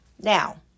Now